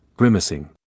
grimacing